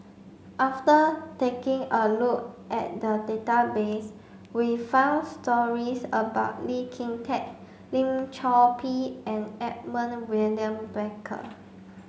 after taking a look at the database we found stories about Lee Kin Tat Lim Chor Pee and Edmund William Barker